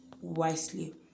wisely